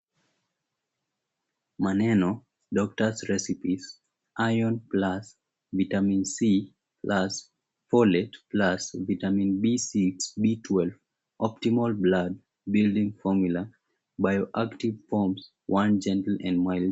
Maneno Doctor's Recipes, Iron Plus, Vitamin C+ Folate + Vitamin B6, B12, Optimal Blood, Building formula, Bioactive Forms, Gentle And Mild.